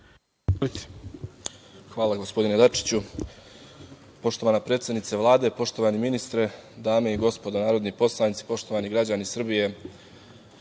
Hvala gospodine Dačiću. Poštovana predsednice Vlade, poštovani ministre, dame i gospodo narodni poslanici, poštovani građani Srbije,